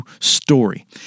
story